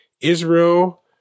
Israel